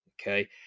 okay